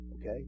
Okay